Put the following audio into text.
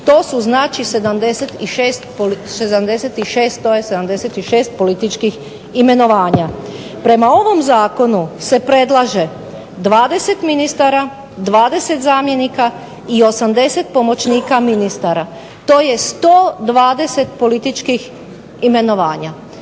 to su znači 76 političkih imenovanja. Prema ovom zakonu se predlaže 20 ministara, 20 zamjenika i 80 pomoćnika ministara, to je 120 političkih imenovanja,